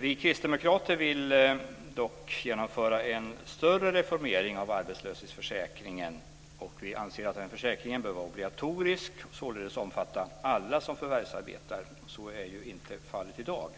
Vi kristdemokrater vill dock genomföra en större reformering av arbetslöshetsförsäkringen. Vi anser att den försäkringen bör vara obligatorisk och således omfatta alla som förvärvsarbetar. Så är ju inte fallet i dag.